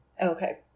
Okay